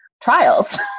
trials